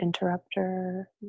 interrupter